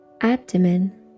abdomen